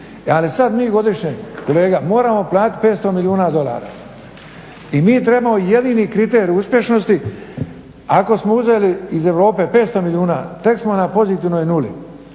Ali sada mi godišnje moramo platiti 500 milijuna dolara i mi trebamo jedini kriterij uspješnosti. Ako smo uzeli iz Europe 500 milijuna tek smo na pozitivnoj nuli.